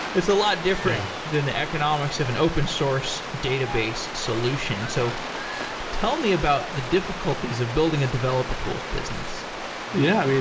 it's a lot different than the economics of an open source database solution. so tell me about the difficulties of building a developer tools business yeah.